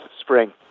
spring